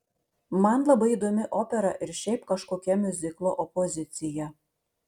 man labai įdomi opera ir šiaip kažkokia miuziklo opozicija